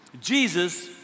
Jesus